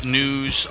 news